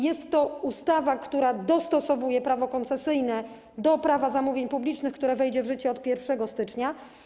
Jest to ustawa, która dostosowuje prawo koncesyjne do Prawa zamówień publicznych, które wejdzie w życie od 1 stycznia.